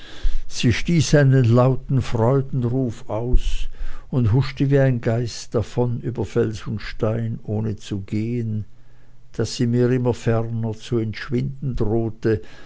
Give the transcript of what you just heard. stieß einen lauten freudenruf aus und huschte wie ein geist davon über fels und stein ohne zu gehen daß sie mir immer ferner zu entschwinden drohte